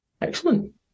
Excellent